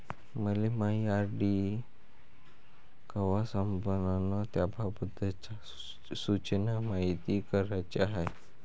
मले मायी आर.डी कवा संपन अन त्याबाबतच्या सूचना मायती कराच्या हाय